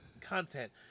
content